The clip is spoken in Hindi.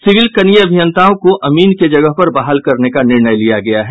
सिविल कनीय अभियंताओं को अमीन के जगह पर बहाल करने का निर्णय लिया गया है